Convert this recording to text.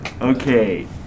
Okay